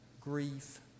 grief